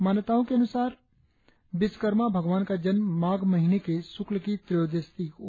मान्यताओं के अनुसार विश्वकर्मा भगवान का जन्म माघ महीने के शुक्ल की त्रयोदशी को हुआ था